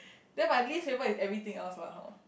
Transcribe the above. then my least favorite is everything else about her